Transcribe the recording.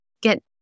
get